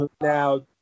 now